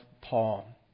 Paul